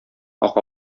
ага